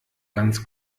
ganz